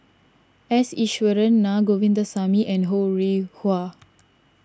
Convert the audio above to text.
S Iswaran Naa Govindasamy and Ho Rih Hwa